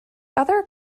other